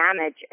damage